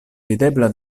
videbla